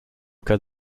cas